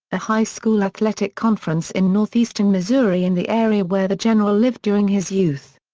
a high school athletic conference in northeastern missouri in the area where the general lived during his youth.